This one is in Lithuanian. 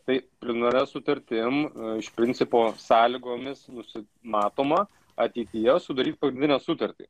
tai preliminaria sutartim iš principo sąlygomis nusi matoma ateityje sudaryti pagrindinę sutartį